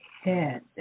head